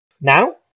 Now